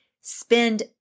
Spend